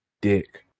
dick